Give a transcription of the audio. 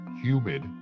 humid